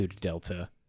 delta